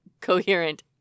coherent